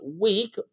week